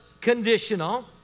conditional